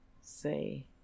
say